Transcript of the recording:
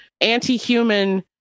anti-human